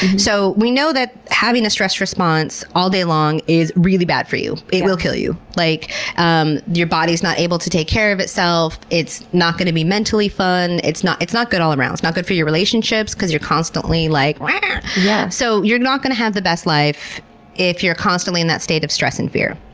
so we know that having a stress response all day long is really bad for you. it will kill you. like um your body's not able to take care of itself. it's not going to be mentally fun. it's not it's not good all around. it's not good for your relationships because you're constantly like, yeah so you're not going to have the best life if you're constantly in that state of stress and fear.